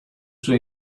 suo